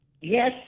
Yes